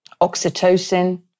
oxytocin